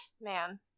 Man